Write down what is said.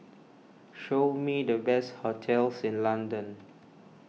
show me the best hotels in London